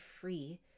free